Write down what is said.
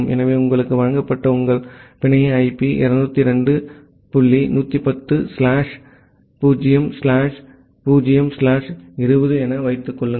எனவே உங்களுக்கு வழங்கப்பட்ட உங்கள் பிணைய IP 202 dot 110 slash 0 slash 0 slash 20 என்று வைத்துக் கொள்ளுங்கள்